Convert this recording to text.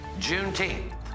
Juneteenth